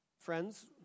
Friends